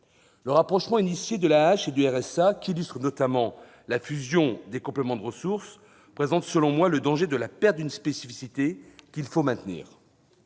de rapprochement de l'AAH et du RSA, qu'illustre notamment la fusion des compléments de ressources, présente selon moi le danger de la perte d'une spécificité qu'il faut maintenir.